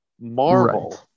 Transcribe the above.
marvel